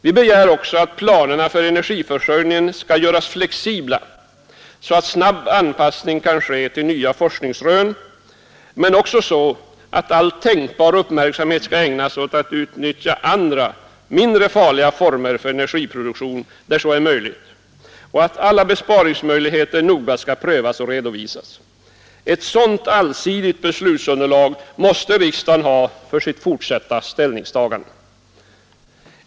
Vi begär också att planerna för energiförsörjningen skall göras flexibla så att snabb anpassning kan ske till nya forskningsrön, men också för att all tänkbar uppmärksamhet skall ägnas åt att utnyttja andra, mindre farliga former för energiproduktionen där så är möjligt, och att alla besparingsmöjligheter noga skall prövas och redovisas. Ett sådant allsidigt beslutsunderlag måste riksdagen ha för sitt ställningstagande.